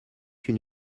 une